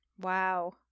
Wow